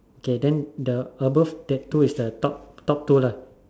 K then the above the two is the top top two lah